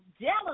jealous